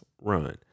run